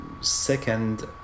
second